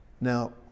Now